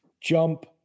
jump